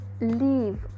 leave